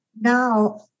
Now